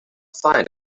find